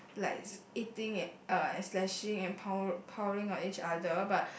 like eating uh and slashing and pile piling on each other but